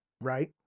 right